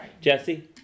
Jesse